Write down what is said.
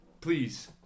Please